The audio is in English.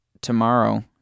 Tomorrow